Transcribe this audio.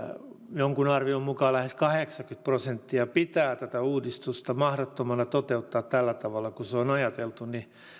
jonkun arvion mukaan lähes kahdeksankymmentä prosenttia pitää tätä uudistusta mahdottomana toteuttaa tällä tavalla kuin on ajateltu niin